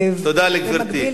תודה לגברתי.